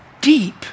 deep